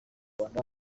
rwanda